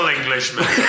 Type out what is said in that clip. Englishman